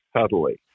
subtly